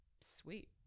sweet